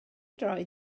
droed